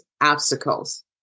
obstacles